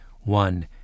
one